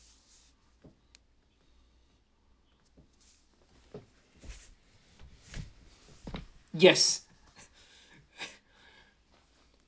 yes